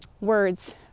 words